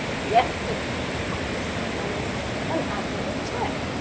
yesterday of course. and it's an adverb of time.